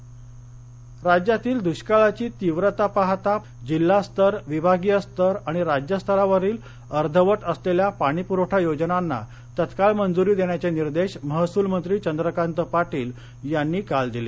दुष्काळ वॉररूम राज्यातील दृष्काळाची तीव्रता पाहता जिल्हा स्तर विभागीय स्तर आणि राज्यस्तरावरील अर्धवट असलेल्या पाणीपूरवठा योजनांना तत्काळ मंजुरी देण्याचे निर्देश महसुलमंत्री चंद्रकांत पाटील यांनी काल दिले